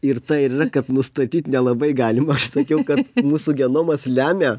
ir ta ir kad nustatyt nelabai galim aš sakiau kad mūsų genomas lemia